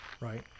right